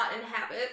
inhabit